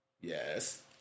Yes